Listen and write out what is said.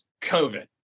COVID